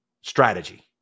strategy